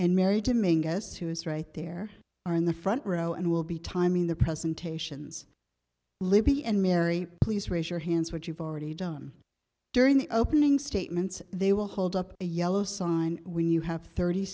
and mary dimming guess who's right there are in the front row and will be timing the presentations libby and mary please raise your hands what you've already done during the opening statements they will hold up a yellow sign when you have thirty